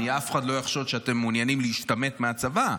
אף אחד לא יחשוד שאתם מעוניינים להשתמט מהצבא.